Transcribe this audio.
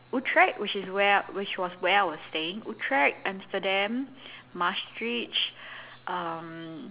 Utrecht which is where which was where I was staying Utrecht Amsterdam Maastricht um